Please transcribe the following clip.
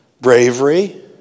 Bravery